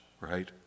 right